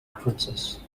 princess